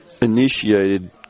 initiated